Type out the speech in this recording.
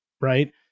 right